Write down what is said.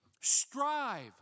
Strive